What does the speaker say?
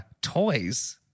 toys